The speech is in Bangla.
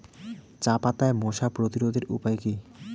চাপাতায় মশা প্রতিরোধের উপায় কি?